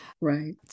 Right